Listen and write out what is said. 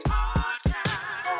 Podcast